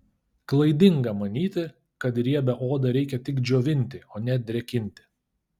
klaidinga manyti kad riebią odą reikia tik džiovinti o ne drėkinti